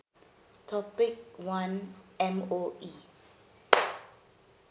topic one M_O_E